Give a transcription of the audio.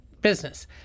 business